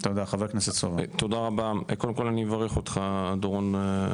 קודם כל אני אברך אותך, דורון.